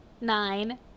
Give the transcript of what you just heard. nine